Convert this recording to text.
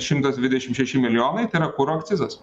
šimtas dvidešim šeši milijonai tai yra kuro akcizas